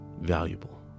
valuable